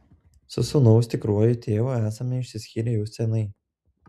su sūnaus tikruoju tėvu esame išsiskyrę jau seniai